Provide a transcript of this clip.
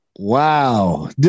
Wow